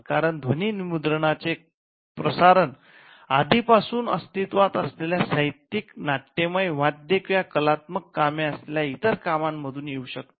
कारण ध्वनी मुद्रणाचे प्रसारण आधीपासून अस्तित्त्वात असलेल्या साहित्यिकनाट्यमय वाद्य किंवा कलात्मक कामे असलेल्या इतर कामांमधून येऊ शकते